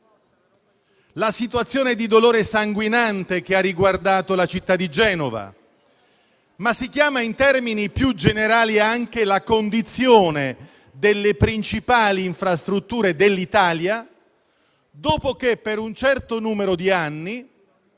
«situazione di dolore sanguinante che ha riguardato la città di Genova», ma anche, in termini più generali, «condizione delle principali infrastrutture dell'Italia» dopo che, per un certo numero di anni,